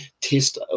test